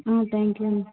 thank you అండి